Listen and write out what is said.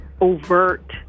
overt